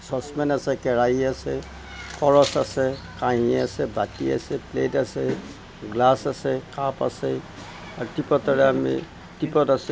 saucepan আছে কেৰাহী আছে কৰচ আছে কাঁহী আছে বাতি আছে প্লেট আছে গ্লাছ আছে কাপ আছে আৰু টিপ'টৰে আমি টিপ'ট আছে